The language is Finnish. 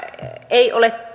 ei ole